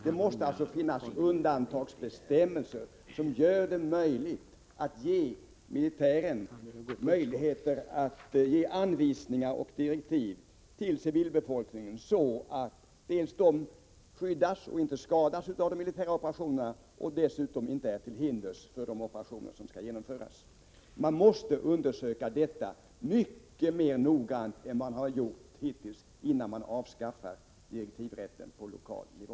Det måste alltså finnas undantagsbestämmelser som gör det möjligt för militären att ge anvisningar och direktiv till civilbefolkningen, så att den dels skyddas och inte skadas av de militära operationerna, dels inte är till hinders för de operationer som skall genomföras. Man måste undersöka detta mycket mer noggrant än man har gjort hittills, innan man avskaffar direktivrätten på lokal nivå.